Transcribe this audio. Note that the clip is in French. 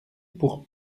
pour